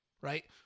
right